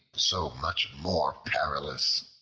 so much more perilous.